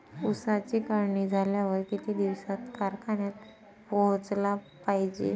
ऊसाची काढणी झाल्यावर किती दिवसात कारखान्यात पोहोचला पायजे?